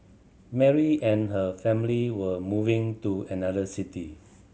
Mary and her family were moving to another city